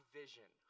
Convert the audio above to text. vision